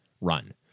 run